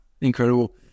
Incredible